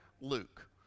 Luke